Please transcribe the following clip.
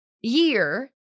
year